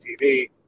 TV